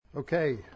Okay